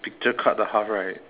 picture cut the half right